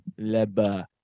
Leba